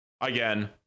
again